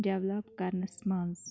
develop کَرنس منٛز